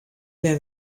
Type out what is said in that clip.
bin